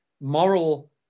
moral